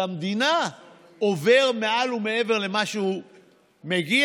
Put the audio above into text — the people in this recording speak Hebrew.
המדינה אף עובר מעל ומעבר למה שהוא מגיע.